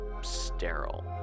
sterile